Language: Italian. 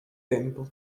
tempo